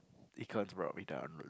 econs brought me down